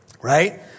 right